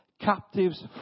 captives